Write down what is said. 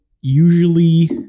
usually